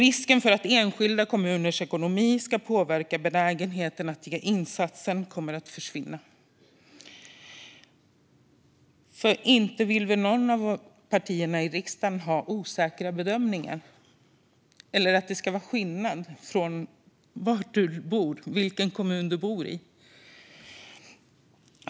Risken för att enskilda kommuners ekonomi ska påverka benägenheten att ge insatsen kommer att försvinna. För inte vill väl någon av partierna i riksdagen ha osäkra bedömningar, eller att det ska vara skillnad från vilken kommun man bor i.